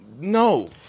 No